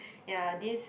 ya this